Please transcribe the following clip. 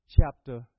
chapter